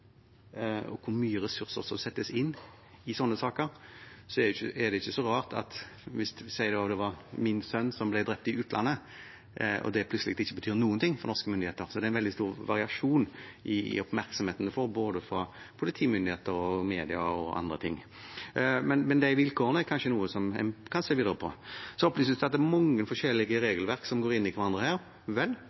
og hvor mye ressurser som settes inn i slike saker, er det rart om noen – la oss si at det var min sønn – blir drept i utlandet, og det plutselig ikke betyr noe for norske myndigheter. Det er en veldig stor variasjon i oppmerksomheten dette får, fra både politimyndigheter, mediene og andre. Men de vilkårene er kanskje noe en kan se videre på. Det opplyses at det er mange forskjellige regelverk som går inn i hverandre her. Vel,